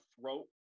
throat